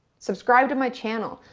subscribe to my channel,